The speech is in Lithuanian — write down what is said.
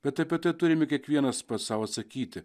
bet apie tai turime kiekvienas pats sau atsakyti